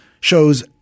shows